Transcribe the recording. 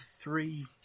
three